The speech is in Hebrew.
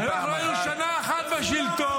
--- אנחנו היינו שנה אחת בשלטון,